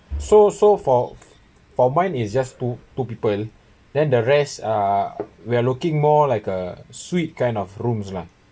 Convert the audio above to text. so so for for mine is just two two people then the rest uh we're looking more like a suite kind of rooms lah